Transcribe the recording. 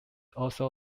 also